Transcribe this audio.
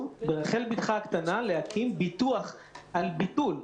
ברחל בתך הקטנה: להקים ביטוח על ביטול,